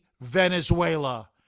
Venezuela